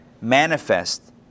manifest